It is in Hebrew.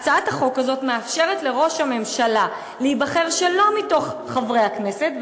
הצעת החוק הזאת מאפשרת לראש הממשלה להיבחר שלא מתוך חברי הכנסת,